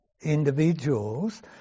individuals